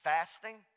Fasting